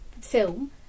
film